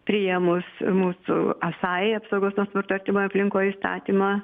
priėmus mūsų asai apsaugos nuo smurto artimoj aplinkoj įstatymą